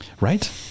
Right